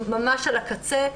ממש על הקצה.